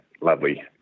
lovely